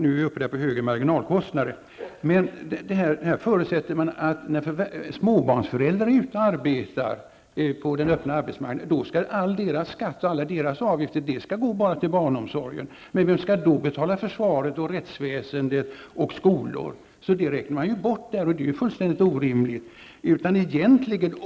Nu är vi uppe på högre marginalkostnader. Men här förutsätter man att när småbarnsföräldrar förvärvsarbetar på den öppna marknaden, skall all deras skatt och deras sociala avgifter gå till barnomsorgen. Men vem skall då betala försvaret, rättsväsendet och skolor? Det räknar man bort, och det är fullständigt orimligt.